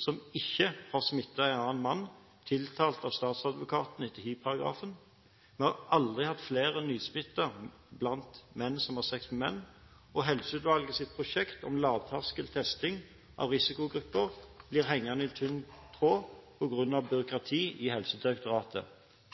som ikke har smittet en annen mann, tiltalt av statsadvokaten etter hivparagrafen, vi har aldri hatt flere nysmittede blant menn som har sex med menn, og Helseutvalgets prosjekt med lavterskeltesting av risikogrupper blir hengende i en tynn tråd på grunn av byråkrati i Helsedirektoratet.